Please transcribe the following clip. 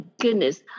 goodness